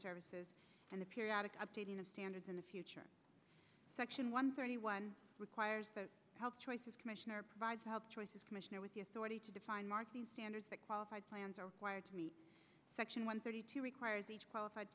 services and the periodic updating of standards in the future section one thirty one requires the health choices commissioner provides health choices commissioner with the authority to define marketing standards that qualified plans are wired to meet section one thirty two requires each qualified